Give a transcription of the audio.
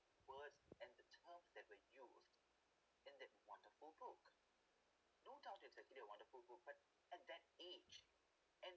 words and the terms that were used in that wonderful book no doubt that is actually a wonderful book but at that age and